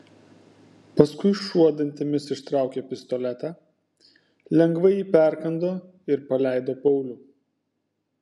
paskui šuo dantimis ištraukė pistoletą lengvai jį perkando ir paleido paulių